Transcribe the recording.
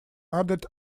added